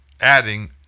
adding